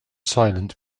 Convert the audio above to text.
silent